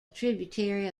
tributary